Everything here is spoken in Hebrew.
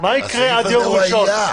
מה יקרה עד יום ראשון?